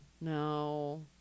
No